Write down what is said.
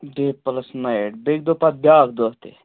day پٕلس ںایِٹ بییٚہِ دۄہ پَتہٕ بیٛاکھ دۄہ تہِ